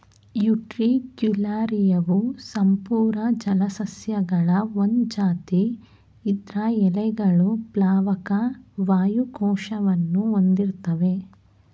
ಉಟ್ರಿಕ್ಯುಲಾರಿಯವು ಸಪೂರ ಜಲಸಸ್ಯಗಳ ಒಂದ್ ಜಾತಿ ಇದ್ರ ಎಲೆಗಳು ಪ್ಲಾವಕ ವಾಯು ಕೋಶವನ್ನು ಹೊಂದಿರ್ತ್ತವೆ